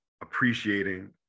appreciating